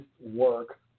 work